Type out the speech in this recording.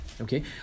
Okay